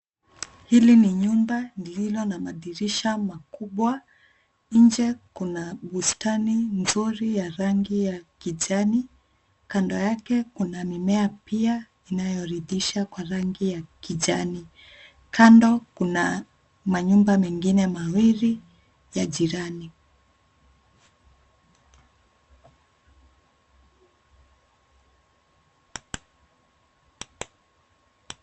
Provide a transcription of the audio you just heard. Hili ni nyumba lililo na madirisha makubwa, nje kuna bustani nzuri ya rangi ya kijani, kando yake kuna mimea pia inayoridhisha kwa rangi ya kijani. Kando kuna manyumba mengine mawili ya jirani.